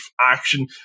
action